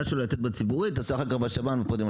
שלו בציבורי ואחר כך להשלים בשב"ן.